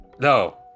no